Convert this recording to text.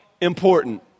important